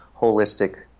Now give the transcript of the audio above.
holistic